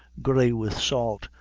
grey with salt,